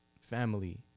family